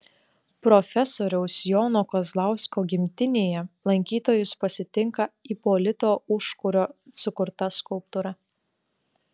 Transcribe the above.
profesoriaus jono kazlausko gimtinėje lankytojus pasitinka ipolito užkurio sukurta skulptūra